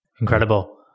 Incredible